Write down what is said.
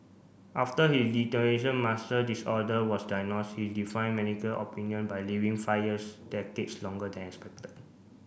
after his muscle disorder was diagnosed he defied medical opinion by living fires decades longer than expected